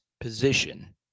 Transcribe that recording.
position